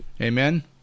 Amen